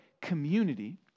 community